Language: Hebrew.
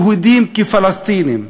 יהודים כפלסטינים.